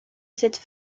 cette